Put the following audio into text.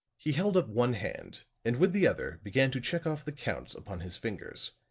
he held up one hand and with the other began to check off the counts upon his fingers.